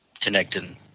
connecting